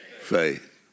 faith